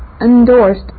endorsed